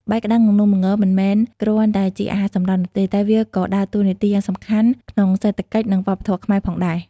បាយក្ដាំង និងនំល្ង មិនមែនគ្រាន់តែជាអាហារសម្រន់នោះទេ តែវាក៏ដើរតួនាទីយ៉ាងសំខាន់ក្នុងសេដ្ឋកិច្ច និងវប្បធម៌ខ្មែរផងដែរ។